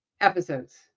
episodes